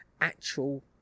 actual